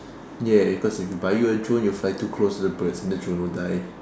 ya because if you buy you a drone you will fly too close to the birds and the drone will die